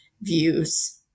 views